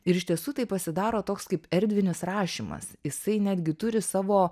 ir iš tiesų tai pasidaro toks kaip erdvinis rašymas jisai netgi turi savo